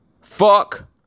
Fuck